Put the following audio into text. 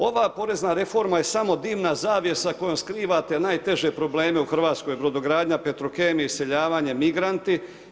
Ova porezna reforma je samo dimna zavjesa kojom skrivate najteže probleme u hrvatskoj brodogradnji, Petrokemija, iseljavanje, migranti.